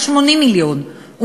80 מיליון,